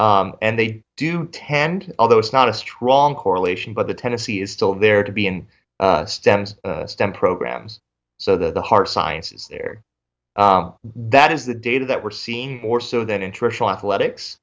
scores and they do tend although it's not a strong correlation but the tennessee is still there to be in stems stem programs so that the hard sciences there that is the data that we're seeing more so than interracial athletics